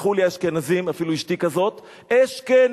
יסלחו לי האשכנזים, אפילו אשתי כזאת, אשכנזים.